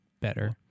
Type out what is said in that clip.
better